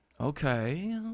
Okay